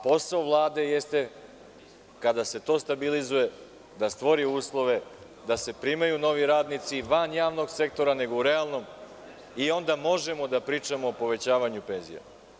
Posao Vlade jeste, kada se to stabilizuje, da stvori uslove da se primaju novi radnici van javnog sektora, nego u realnom i onda možemo da pričamo o povećavanju penzija.